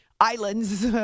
islands